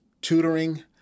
tutoring